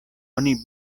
oni